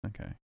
Okay